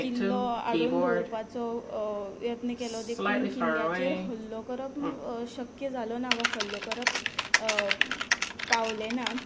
किल्लो आडोवन दवरपाचो यत्न केलो देखून किल्ल्याचेर हल्लो करप शक्य जालो ना वा हल्लो करप पावलें ना